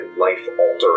life-altering